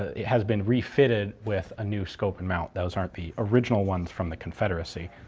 ah it has been refitted with a new scope and mount, those aren't the original ones from the confederacy.